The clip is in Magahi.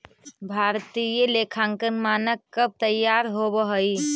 भारतीय लेखांकन मानक कब तईयार होब हई?